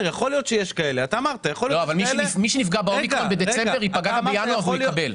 שנקרא באומיקרון בדצמבר ייפגע בינואר והוא יקבל.